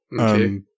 Okay